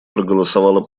проголосовала